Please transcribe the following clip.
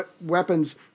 weapons